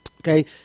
Okay